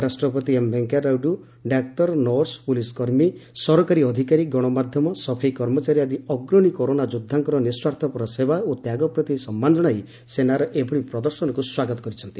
ଉପରାଷ୍ଟ୍ରପତି ଏମ୍ ଭେଙ୍କୟା ନାଇଡୁ ଡାକ୍ତର ନର୍ସ ପୁଲସ କର୍ମୀ ସରକାରୀ ଅଧିକାରୀ ଗଣମାଧ୍ୟମ ସଫେଇ କର୍ମଚାରୀ ଆଦି ଅଗ୍ରଣୀ କରୋନା ଯୋଦ୍ଧାଙ୍କର ନିସ୍ୱାର୍ଥପର ସେବା ଓ ତ୍ୟାଗ ପ୍ରତି ସମ୍ମାନ ଜଣାଇ ସେନାର ଏଭଳି ପ୍ରଦର୍ଶନକୁ ସ୍ୱାଗତ କରିଛନ୍ତି